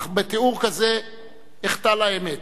אך בתיאור כזה אחטא לאמת.